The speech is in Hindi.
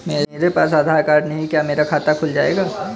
मेरे पास आधार कार्ड नहीं है क्या मेरा खाता खुल जाएगा?